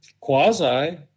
Quasi